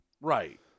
Right